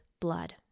blood